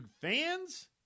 fans